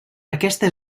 aquesta